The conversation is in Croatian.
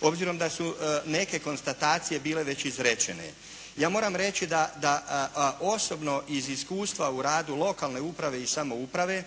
obzirom da su neke konstatacije bile već izrečene. Ja moram reći da osobno iz iskustva u radu lokalne uprave i samouprave,